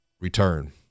return